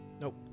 Nope